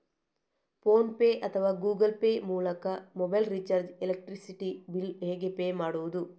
Phone pay ಅಥವಾ Google Pay ಮೂಲಕ mobile recharge, electricity bill ಹೇಗೆ ಪೇ ಮಾಡುವುದು?